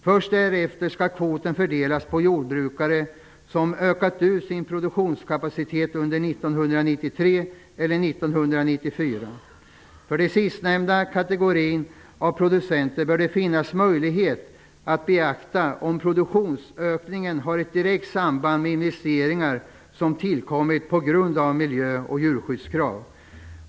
Först därefter skall kvoten fördelas på jordbrukare som ökat ut sin produktionskapacitet under 1993 eller 1994. För sistnämnda kategori av producenter bör det finnas möjlighet att beakta om produktionsökningen har ett direkt samband med investeringar som tillkommit på grund av miljö och djurskyddskrav.